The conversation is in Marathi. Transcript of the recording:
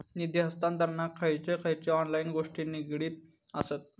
निधी हस्तांतरणाक खयचे खयचे ऑनलाइन गोष्टी निगडीत आसत?